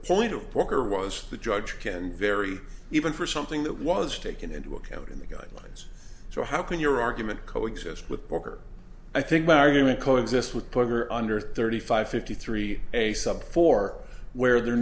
point of poker was the judge can vary even for something that was taken into account in the guidelines so how can your argument co exist with poker i think my argument no exist with plug or under thirty five fifty three a sub four where there